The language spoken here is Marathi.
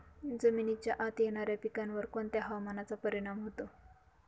जमिनीच्या आत येणाऱ्या पिकांवर कोणत्या हवामानाचा परिणाम होतो?